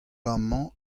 amañ